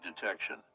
detection